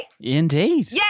Indeed